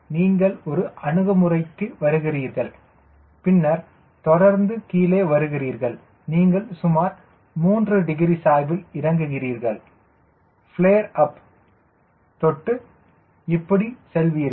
நீங்கள் ஒரு அணுகுமுறைக்கு வருகிறீர்கள் பின்னர் தொடர்ந்து கீழே வருகிறீர்கள் நீங்கள் சுமார் 3 டிகிரி சாய்வில் இறங்குகிறீர்கள் ப்லேர் அப் தொட்டு இப்படி செல்வீர்கள்